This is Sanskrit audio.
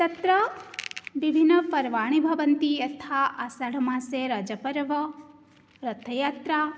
तत्र विभिन्न पर्वाणि भवन्ति यथा आषाढमासे राजपर्व रथयात्रा